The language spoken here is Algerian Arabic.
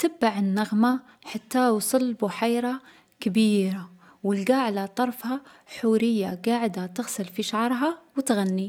تبّع النغمة حتى وصل بحيرة كبيرة، و لقى على طرفها حورية قاعدة تغسل في شعرها و تغني.